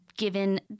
Given